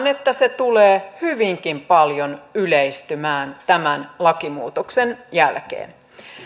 että se tulee hyvinkin paljon yleistymään tämän lakimuutoksen jälkeen